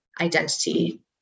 identity